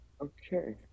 Okay